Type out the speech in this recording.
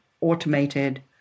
automated